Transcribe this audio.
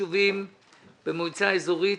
הישובים במועצה אזורית,